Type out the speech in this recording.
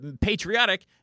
patriotic